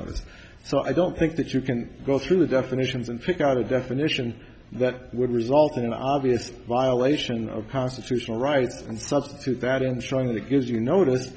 that so i don't think that you can go through the definitions and pick out a definition that would result in an obvious violation of constitutional rights and substitute that instruction that gives you notice